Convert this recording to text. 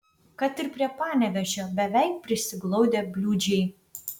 kad ir prie panevėžio beveik prisiglaudę bliūdžiai